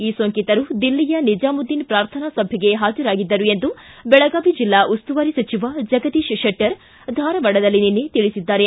ಈ ಸೋಂಕಿತರು ದಿಲ್ಲಿಯ ನಿಜಾಮುದ್ದೀನ್ ಪೂರ್ಥನಾ ಸಭೆಗೆ ಹಾಜರಾಗಿದ್ದರು ಎಂದು ಬೆಳಗಾವಿ ಜಿಲ್ಲಾ ಉಸ್ತುವಾರಿ ಸಚಿವ ಜಗದೀಶ್ ಶೆಟ್ಟರ್ ಧಾರವಾಡದಲ್ಲಿ ನಿನ್ನೆ ತಿಳಿಸಿದ್ದಾರೆ